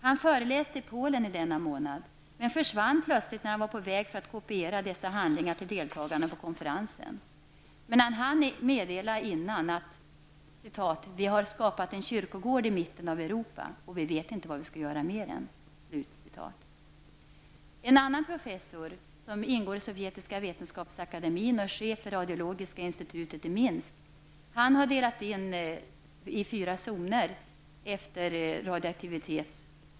Han föreläste i Polen denna månad, men försvann plötsligt när han var på väg för att kopiera dessa handlingar till deltagarna på konferensen. Men han hann meddela att: ''Vi har skapat en stor kyrkogård i mitten av Europa och vi vet inte vad vi skall göra med den.'' En professor i den sovjetiska vetenskapsakademin, som också är chef för radiologiska institutionen i Minsk, har gjort en indelning i fyra zoner efter radioaktivitet.